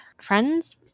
friends